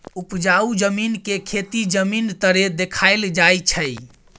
उपजाउ जमीन के खेती जमीन तरे देखाइल जाइ छइ